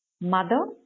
mother